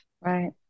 Right